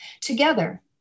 Together